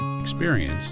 Experience